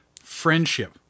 Friendship